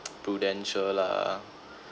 prudential lah